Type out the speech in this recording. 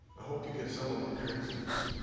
i hope you get some of my craziness.